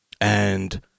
and-